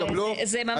זה ממש עצוב.